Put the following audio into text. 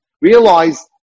Realize